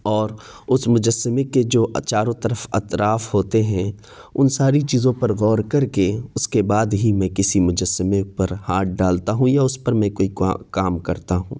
اور اس مجسمے کے جو چاروں طرف اطراف ہوتے ہیں ان ساری چیزوں پر غور کر کے اس کے بعد ہی میں کسی مجسمے پر ہاتھ ڈالتا ہوں یا اس پر میں کوئی کام کرتا ہوں